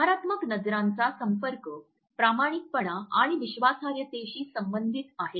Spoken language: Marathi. सकारात्मक नजरांचा संपर्क प्रामाणिकपणा आणि विश्वासार्हतेशी संबंधित आहे